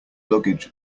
luggage